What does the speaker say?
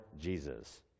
Jesus